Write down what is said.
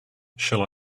shall